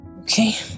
Okay